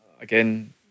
again